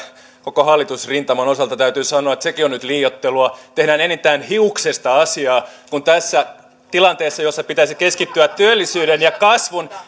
koko hallitusrintaman osalta täytyy sanoa että sekin on nyt liioittelua tehdään enintään hiuksesta asiaa kun tässä tilanteessa jossa pitäisi keskittyä työllisyyden ja kasvun